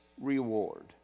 reward